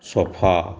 sofa